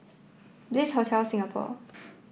Bliss Hotel Singapore